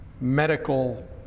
medical